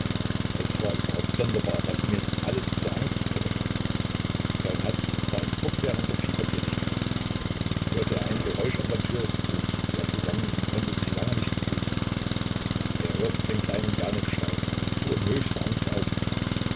es war überhaupt sonderbar was ihm jetzt alles zur angst wurde sein herz war in fortwährender fiebertätigkeit hörte er ein geräusch an der tür so zuckte er zusammen und konnte sich lange nicht beruhigen er hörte den kleinen janek schreien und fuhr in höchster angst auf